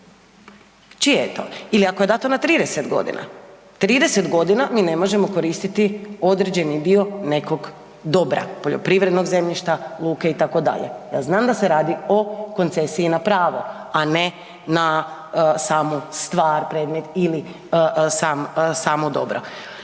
Čije je to? Ili ako je dato na 30 godina. 30 g. mi ne možemo koristiti određeni dio nekog dobra, poljoprivrednog zemljišta, luke itd. Ja znam da se radi o koncesiji na pravo a ne na samu stvar, predmet ili samo dobro.